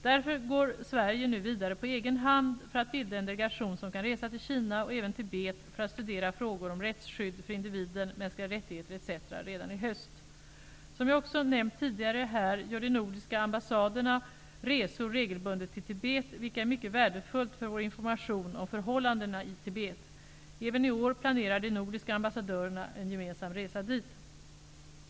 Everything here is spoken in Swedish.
Därför går Sverige nu vidare på egen hand för att bilda en delegation som kan resa till Kina och även Tibet för att studera frågor om rättsskydd för individen, mänskliga rättigheter etc. redan i höst. Som jag också nämnt tidigare här gör de nordiska ambassaderna resor regelbundet till Tibet, vilket är mycket värdefullt för vår information om förhållandena i Tibet. Även i år planerar de nordiska ambassadörerna en gemensam resa dit.